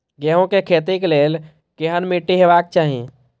गेहूं के खेतीक लेल केहन मीट्टी हेबाक चाही?